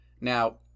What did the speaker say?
Now